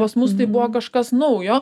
pas mus tai buvo kažkas naujo